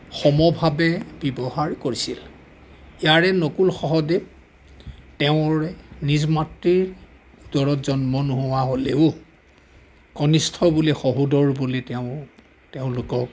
সমভাৱে ব্যৱহাৰ কৰিছিল ইয়াৰে নকুল সহদেৱ তেওঁৰ নিজ মাতৃৰ উদৰত জন্ম নোহোৱা হ'লেও কনিষ্ঠ বুলি সহোদৰ বুলি তেওঁ তেওঁলোকক